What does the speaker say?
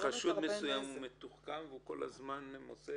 אם רואים שחשוד מסוים מתוחקר והוא כל הזמן מוצא